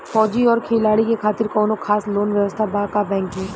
फौजी और खिलाड़ी के खातिर कौनो खास लोन व्यवस्था बा का बैंक में?